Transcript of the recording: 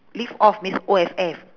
live off means O F F